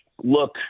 look